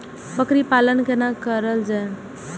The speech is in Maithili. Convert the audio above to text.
बकरी पालन केना कर जाय?